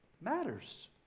matters